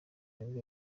nibwo